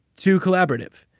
too collaborative?